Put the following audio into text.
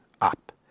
up